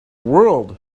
world